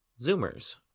Zoomers